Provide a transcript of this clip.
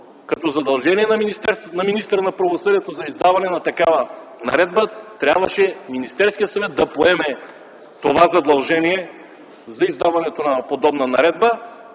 като задължение на министъра на правосъдието за издаване на такава наредба, трябваше Министерският съвет да поеме това задължение за издаването на подобна наредба,